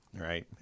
Right